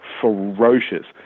ferocious